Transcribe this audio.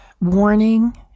warning